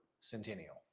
Centennial